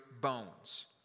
bones